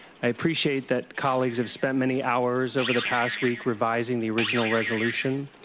i appreciate that colleagues have spent many hours over the past week revising the original resolution.